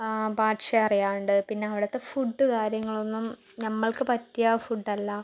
ഭാഷയറിയാണ്ട് പിന്നെ അവിടുത്തെ ഫുഡ് കാര്യങ്ങളൊന്നും നമ്മൾക്ക് പറ്റിയ ഫുഡ്ഡല്ല